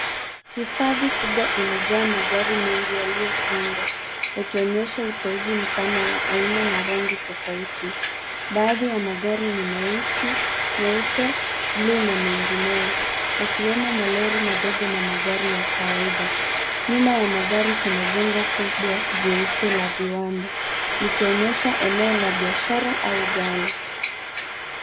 Hifadhi kubwa imejaa magari mengi yaliyopangwa yakionyesha uteuzi mpana wa aina na rangi tofauti, baadhi ya magari ni meusi, meupe, buluu na mengineo yakiwemo malori madogo na magari ya kawaida, nyuma ya magari kuna jengo kubwa jeupe la viwanda nikionyesha eneo la biashara au ghala